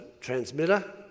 transmitter